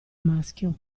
maschio